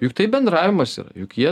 juk tai bendravimas yra juk jie